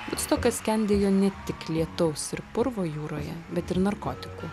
vudstokas skendėjo ne tik lietaus ir purvo jūroje bet ir narkotikų